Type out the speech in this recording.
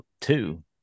two